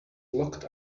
locked